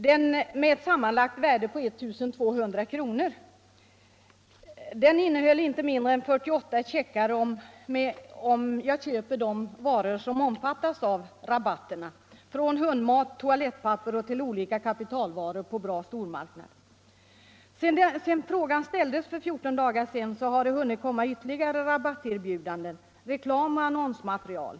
Det innehöll inte mindre än 48 checkar till ett sammanlagt värde av 1 200 kronor om jag köper de varor som omfattas av rabatterna, som avsåg allt från hundmat och toalettpapper till olika kapitalvaror på Bra stormarknad. Sedan frågan ställdes för 14 dagar sedan har det hunnit komma ytterligare rabatterbjudanden, reklam och annonsmaterial.